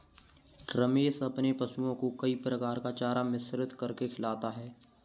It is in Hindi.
रमेश अपने पशुओं को कई प्रकार का चारा मिश्रित करके खिलाता है